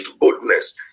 goodness